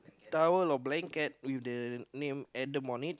towel or blanket with the name Adam on it